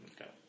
Okay